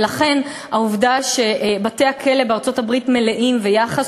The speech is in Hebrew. ולכן העובדה שבתי-הכלא בארצות-הברית מלאים והיחס